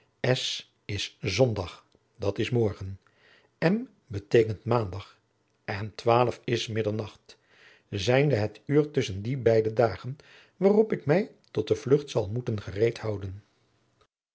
is sondag dat is morgen m beteekent maandag en is middernacht zijnde het uur tusschen die beide dagen waarop ik mij tot de vlucht zal moeten gereed houden